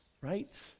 right